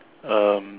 um